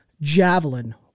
javelin